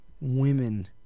women